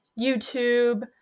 YouTube